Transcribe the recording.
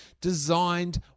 designed